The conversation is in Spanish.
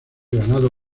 ganado